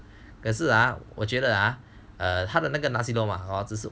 可是 ah 我觉得 ah 它的那个 nasi lemak hor